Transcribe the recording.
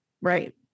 right